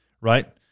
right